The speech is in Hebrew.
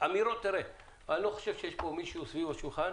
אני לא חושב שיש מישהו סביב השולחן